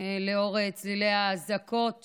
לקול צלילי האזעקות